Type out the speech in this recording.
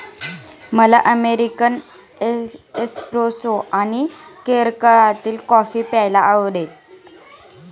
मला American espresso आणि केरळातील कॉफी प्यायला आवडते